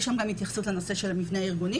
יש שם התייחסות לנושא של המבנה הארגוני.